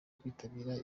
kwitabira